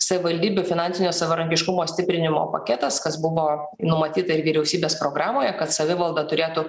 savivaldybių finansinio savarankiškumo stiprinimo paketas kas buvo numatyta ir vyriausybės programoje kad savivalda turėtų